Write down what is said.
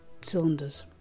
cylinders